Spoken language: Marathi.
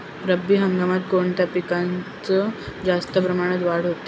रब्बी हंगामात कोणत्या पिकांची जास्त प्रमाणात वाढ होते?